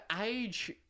age